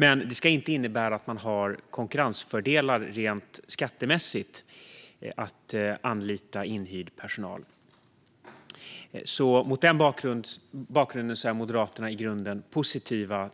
Men det ska inte innebära konkurrensfördelar rent skattemässigt att anlita inhyrd personal. Mot denna bakgrund är Moderaterna i grunden positiva